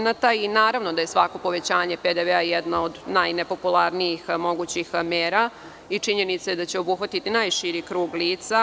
Naravno, da je svako povećanje PDV jedno od najnepopularnijih mera i činjenica je da će obuhvatiti najširi krug lica.